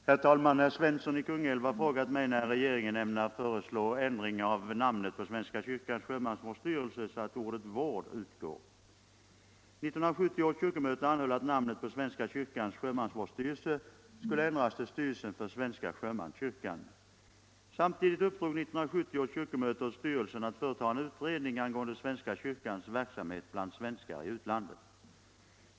Herr talman! Herr Svensson i Kungälv har frågat mig när regeringen ämnar föreslå ändring av namnet på svenska kyrkans sjömansvårdsstyrelse, så att ordet vård utgår. 1970 års kyrkomöte anhöll att namnet på svenska kyrkans sjömans = Nr 21 vårdsstyrelse skulle ändras till Styrelsen för svenska sjömanskyrkan. Sam Torsdagen den tidigt uppdrog 1970 års kyrkomöte åt styrelsen att företa en utredning 13 februari 1975 angående svenska kyrkans verksamhet bland svenskar i utlandet.